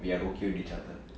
we are okay with each other